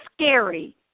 scary